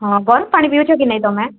ହଁ ଗରମ ପାଣି ପିଉଛ କି ନାହିଁ ତମେ